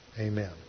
Amen